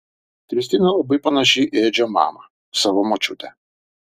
kristina labai panaši į edžio mamą savo močiutę